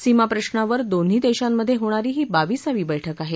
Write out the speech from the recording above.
सीमाप्रशावर दोन्ही देशांमध्ये होणारी ही बाविसावी बैठक आहे